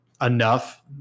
enough